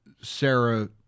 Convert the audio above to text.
Sarah